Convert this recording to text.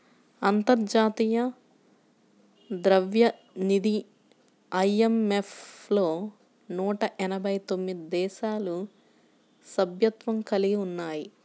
అంతర్జాతీయ ద్రవ్యనిధి ఐ.ఎం.ఎఫ్ లో నూట ఎనభై తొమ్మిది దేశాలు సభ్యత్వం కలిగి ఉన్నాయి